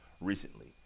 recently